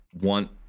want